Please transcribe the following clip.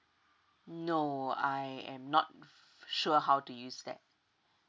no I am not s~ sure how to use that